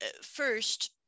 first